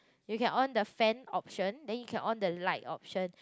you can on the fan option then you can on the light option